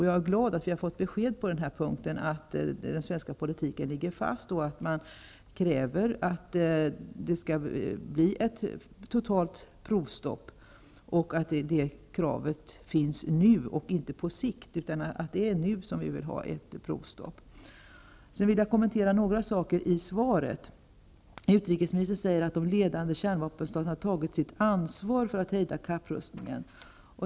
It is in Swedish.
Jag är glad att vi har fått besked på den här punkten, att den svenska politiken ligger fast, att man kräver att det skall bli ett totalt provstopp och att kravet finns nu och inte på sikt. Det är nu vi vill ha ett provstopp. Sedan vill jag kommentera några saker i svaret. Utrikesministern säger att de ledande kärnvapenstaterna har tagit sitt ansvar för att hejda kapprustningen.